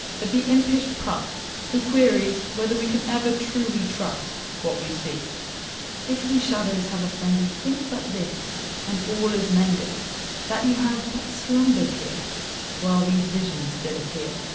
but the impish puck who queries whether we can ever truly trust what we see if we shadows have offended, think but this and all is mended that you have but slumbered here while these visions did appear.